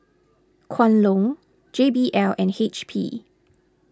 Kwan Loong J B L and H P